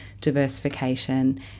diversification